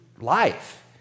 life